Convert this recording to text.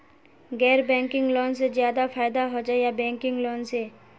गैर banking loan से ज्यादा फायदा होचे या बैंकिंग लोन से?